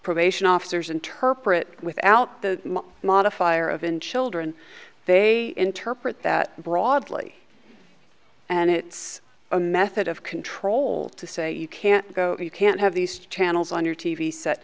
probation officers interpret without the modifier of an children they interpret that broadly and it's a method of control to say you can't go you can't have these channels on your t v set